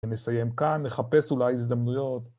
ונסיים כאן, נחפש אולי הזדמנויות.